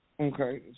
Okay